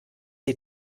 sie